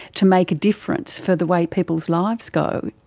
to make a difference for the way people's lives go.